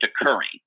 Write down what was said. occurring